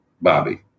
Bobby